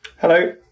Hello